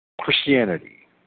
Christianity